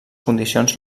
condicions